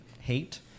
hate